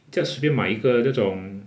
just 随便买一个这种